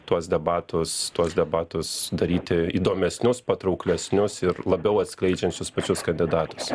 tuos debatus tuos debatus daryti įdomesnius patrauklesnius ir labiau atskleidžiančius pačius kandidatus